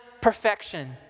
perfection